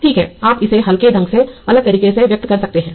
ठीक है अब आप इसे हल्के ढंग से अलग तरीके से भी व्यक्त कर सकते हैं